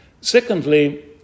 Secondly